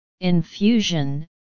infusion